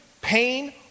pain